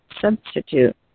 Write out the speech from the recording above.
substitute